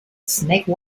snake